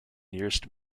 nearest